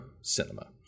cinema